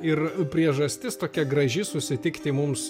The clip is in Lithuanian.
ir priežastis tokia graži susitikti mums